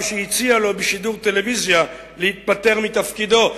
שהציעה לו בשידור טלוויזיה להתפטר מתפקידו.